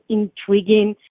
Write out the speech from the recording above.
intriguing